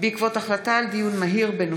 בעקבות דיון מהיר בהצעתם של חברי הכנסת אימאן